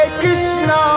Krishna